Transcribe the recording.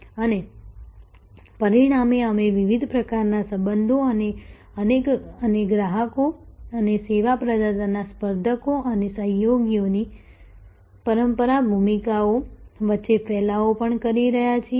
અને પરિણામે અમે વિવિધ પ્રકારના સંબંધો અને ગ્રાહકો અને સેવા પ્રદાતાના સ્પર્ધકો અને સહયોગીઓની પરંપરાગત ભૂમિકાઓ વચ્ચેનો ફેલાવો પણ જોઈ રહ્યા છીએ